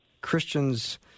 Christians